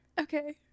Okay